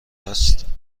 است